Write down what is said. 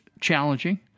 challenging